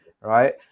right